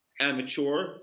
Amateur